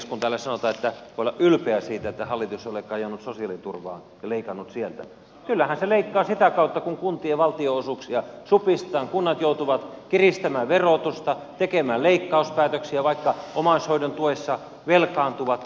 kun täällä sanotaan että voi olla ylpeä siitä että hallitus ei ole kajonnut sosiaaliturvaan ja leikannut sieltä niin kyllähän se leikkaa sitä kautta kun kuntien valtionosuuksia supistetaan kunnat joutuvat kiristämään verotusta tekemään leikkauspäätöksiä vaikka omaishoidon tukeen velkaantuvat